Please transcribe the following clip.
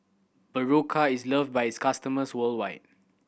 Berocca is love by its customers worldwide